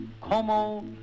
Como